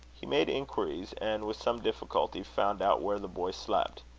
he made inquiries, and, with some difficulty, found out where the boy slept.